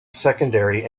secondary